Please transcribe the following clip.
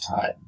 time